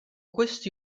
questi